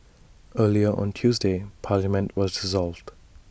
earlier on Tuesday parliament was dissolved